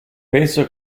penso